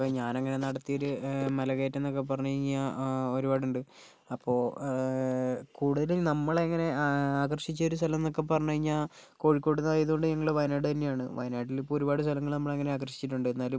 ഇപ്പോൾ ഞാനങ്ങനെ നടത്തിയൊരു മലകയറ്റം എന്നൊക്കെ പറഞ്ഞു കഴിഞ്ഞാൽ ഒരുപാട് ഉണ്ട് അപ്പോൾ കൂടുതലും നമ്മളെ അങ്ങനെ ആകർഷിച്ചൊരു സ്ഥലം എന്നൊക്കെ പറഞ്ഞു കഴിഞ്ഞാൽ കോഴിക്കോടു നിന്ന് ആയതുകൊണ്ട് ഞങ്ങൾ വയനാട് തന്നെ ആണ് വായനാട്ടിലിപ്പോൾ ഒരുപാട് സ്ഥലങ്ങൾ നമ്മളങ്ങനെ ആകർഷിച്ചിട്ടുണ്ട് എന്നാലും